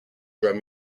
drum